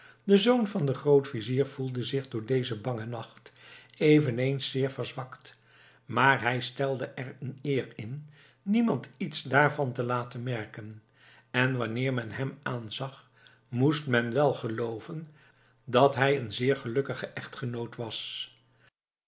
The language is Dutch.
de zoon van den grootvizier voelde zich door dezen bangen nacht eveneens zeer verzwakt maar hij stelde er een eer in niemand iets daarvan te laten merken en wanneer men hem aanzag moest men wel gelooven dat hij een zeer gelukkige echtgenoot was